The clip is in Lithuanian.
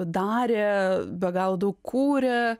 darė be galo daug kūrė